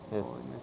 yes